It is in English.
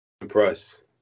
impressed